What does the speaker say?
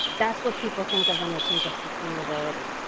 that's what people think of when they think of sustainability.